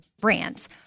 brands